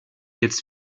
jetzt